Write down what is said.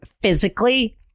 physically